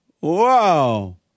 Wow